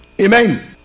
Amen